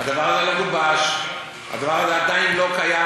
הדבר הזה לא גובש, הדבר הזה עדיין לא קיים.